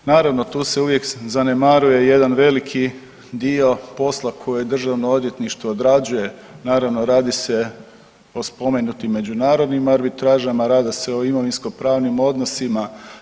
Naravno tu se uvijek zanemaruje jedan veliki dio posla koje državno odvjetništvo odrađuje, naravno radi se o spomenutim međunarodnim arbitražama, radi se o imovinskopravnim odnosima.